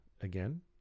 again